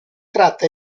tratta